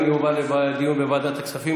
הנושא יובא לדיון בוועדת הכספים.